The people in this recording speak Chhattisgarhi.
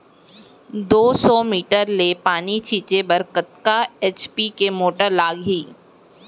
दो सौ मीटर ले पानी छिंचे बर कतका एच.पी के मोटर लागही?